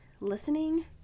listening